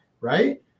right